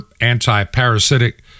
anti-parasitic